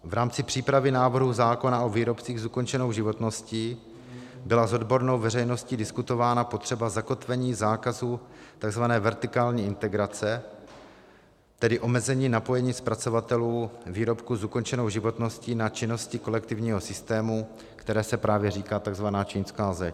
V rámci přípravy návrhu zákona o výrobcích s ukončenou životností byla s odbornou veřejností diskutována potřeba zakotvení zákazů tzv. vertikální integrace, tedy omezení napojení zpracovatelů výrobků s ukončenou životností na činnosti kolektivního systému, které se právě říká tzv. čínská zeď.